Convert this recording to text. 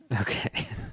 Okay